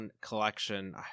collection